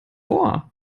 vor